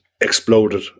exploded